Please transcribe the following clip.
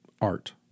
art